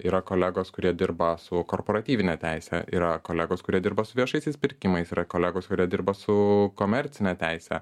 yra kolegos kurie dirba su korporatyvine teise yra kolegos kurie dirba su viešaisiais pirkimais yra kolegos kurie dirba su komercine teise